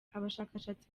abashakashatsi